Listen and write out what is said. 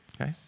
Okay